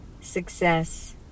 success